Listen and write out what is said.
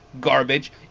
garbage